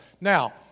Now